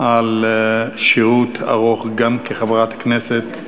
על שירות ארוך, גם כחברת כנסת,